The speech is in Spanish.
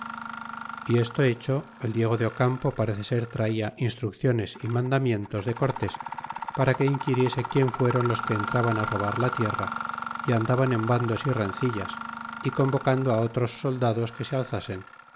y esto hecho el diego de campo parece ser traia instrucciones ó mandamientos de cortés para que inquiriese quien fueron los que entraban a robar la tierra é andaban en bandos y rencillas y convocando otros soldados que se alzasen